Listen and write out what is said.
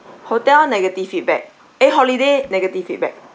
hotel negative feedback eh holiday negative feedback